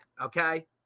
Okay